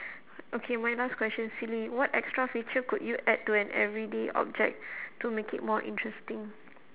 okay my last question silly what extra feature could you add to an everyday object to make it more interesting